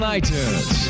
iTunes